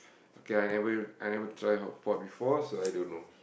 okay I never I never try hotpot before so I don't know